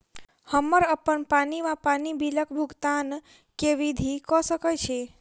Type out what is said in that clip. हम्मर अप्पन पानि वा पानि बिलक भुगतान केँ विधि कऽ सकय छी?